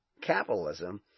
capitalism